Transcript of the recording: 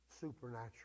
Supernatural